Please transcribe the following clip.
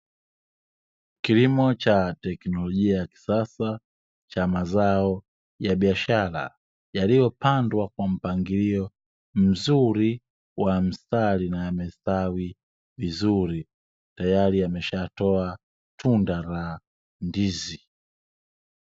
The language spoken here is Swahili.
Kilimo cha teknolojia ya kisasa cha mazao ya biashara, yaliyopandwa kwa mpangilio mzuri wa mstari na yamestawi vizuri, tayari yameshatoa tunda la ndizi.